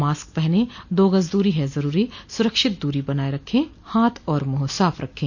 mask पहनें दो गज़ दूरी है ज़रूरी सुरक्षित दूरी बनाए रखें हाथ और मुंह साफ़ रखें